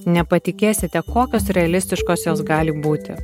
nepatikėsite kokios realistiškos jos gali būti